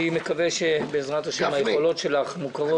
אני מקווה שבעזרת השם היכולות שלך מוכרות